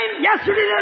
yesterday